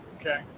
Okay